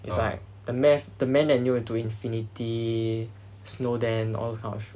it's like the math~ the men and new into infinity snowden all kind of show